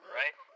right